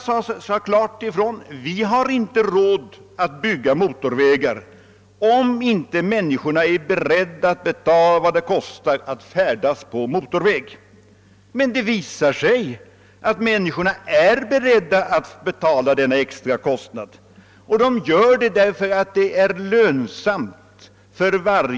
Man sade klart ifrån att man inte hade råd att bygga motorvägar om inte trafikanterna var beredda att betala vad det kostar att färdas på en sådan motorväg, men det visade sig att de var beredda att göra det, eftersom det är lönsamt för dem.